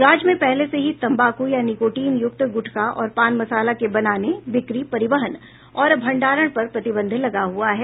राज्य में पहले से ही तंबाकू या निकोटीन युक्त गुटखा और पान मसाला के बनाने बिक्री परिवहन और भंडारण पर प्रतिबंध लगा हुआ है